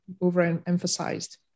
overemphasized